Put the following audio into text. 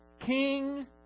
King